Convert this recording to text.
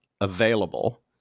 available